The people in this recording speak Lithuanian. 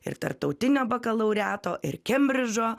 ir tarptautinio bakalaureato ir kembridžo